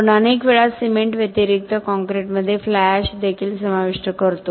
आपण अनेक वेळा सिमेंट व्यतिरिक्त काँक्रीटमध्ये फ्लाय एश देखील समाविष्ट करतो